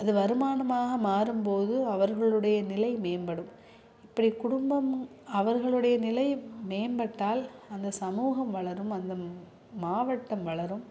அது வருமானமாக மாறும் போது அவர்களுடைய நிலை மேன்படும் இப்படி குடும்பம் அவர்களுடைய நிலை மேன்பட்டால் அந்த சமூகம் வளரும் அந்த மாவட்டம் வளரும்